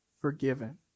forgiven